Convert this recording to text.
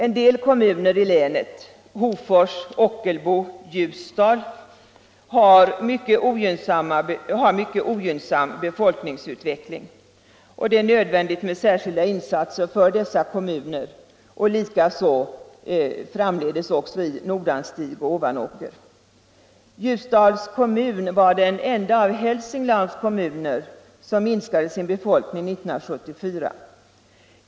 En del kommuner i länet — Hofors, Ockelbo och Ljusdal — har mycket ogynnsam befolkningsutveckling, och det är nödvändigt med särskilda insatser för dessa kommuner och framdeles också i Nordanstig och Ovanåker. Ljusdals kommun var den enda av Hälsinglands kommuner som minskade sin befolkning 1974.